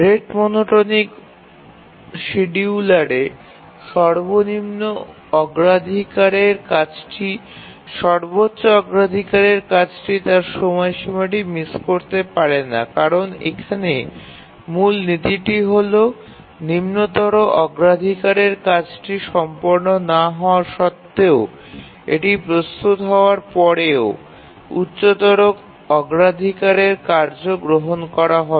rate monotonic শিডিয়ুলারে সর্বনিম্ন অগ্রাধিকারের কাজটি সর্বোচ্চ অগ্রাধিকারের কাজটি তার সময়সীমা মিস করতে পারে না কারণ এখানে মূল নীতিটি হল নিম্নতর অগ্রাধিকারের কাজটি সম্পন্ন না হওয়া সত্ত্বেও এটি প্রস্তুত হওয়ার পরেও উচ্চতর অগ্রাধিকারের কার্য গ্রহণ করা হবে